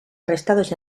arrestados